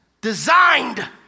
designed